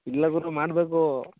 ಇಲ್ಲ ಗುರು ಮಾಡಬೇಕು